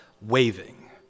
waving